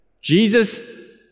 Jesus